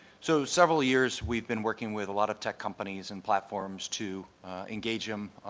so several years we've been working with a lot of tech companies and platforms to engage them,